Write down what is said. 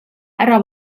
ära